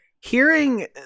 hearing